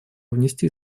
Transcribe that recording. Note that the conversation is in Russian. внести